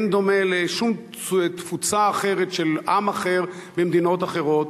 אין זה דומה לשום תפוצה אחרת של עם אחר ממדינות אחרות.